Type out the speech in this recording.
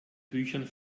büchern